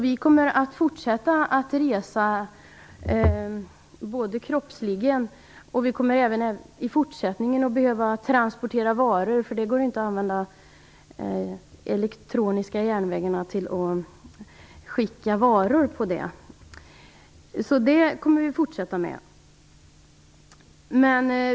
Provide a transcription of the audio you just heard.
Vi kommer därför att fortsätta att resa kroppsligen. Vi kommer också även i framtiden att behöva transportera varor, eftersom det inte går att använda de elektroniska järnvägarna till det.